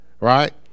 right